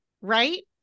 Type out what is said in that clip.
Right